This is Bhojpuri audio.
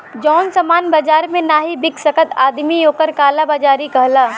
जौन सामान बाजार मे नाही बिक सकत आदमी ओक काला बाजारी कहला